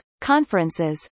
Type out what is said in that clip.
conferences